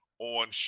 On